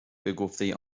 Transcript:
بگفته